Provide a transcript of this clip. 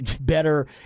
better